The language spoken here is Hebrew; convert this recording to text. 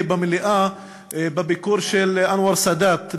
במליאה הייתה בביקור של אנואר סאדאת ב-1977.